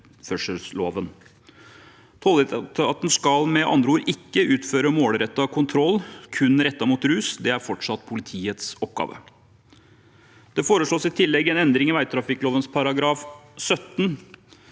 Tolletaten skal med andre ord ikke utføre målrettet kontroll kun rettet mot rus. Det er fortsatt politiets oppgave. Det foreslås i tillegg en endring i veitrafikkloven § 17.